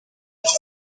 iki